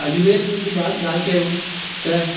अजमेर में जीअं ॿा ॻाल्हि कयूं त